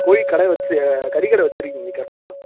கோழிக் கடை வச்சு கறிக்கடை வச்சுருக்கீங்க கரெக்டா